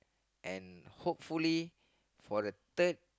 and hopefully for the third